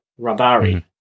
Rabari